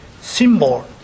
symbol